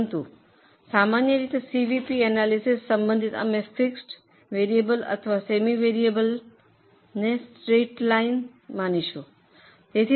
પરંતુ સામાન્ય રીતે સીવીપી એનાલિસિસ સંબંધિત અમે ફિક્સડ વેરિયેબલ અથવા સેમી વેરિયેબલને સ્ટ્રેઈટ લાઈન માનીશું